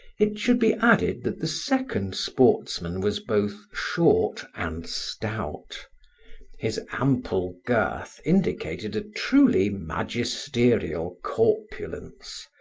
it should be added that the second sportsman was both short and stout his ample girth indicated a truly magisterial corpulence,